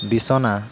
বিছনা